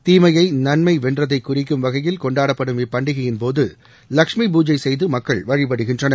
தீமையை நன்மை வென்றதை குறிக்கும் வகையில் கொண்டாடப்படும் இப்பண்டிகையின்போது லட்சுமி பூஜை செய்து மக்கள் வழிபடுகின்றனர்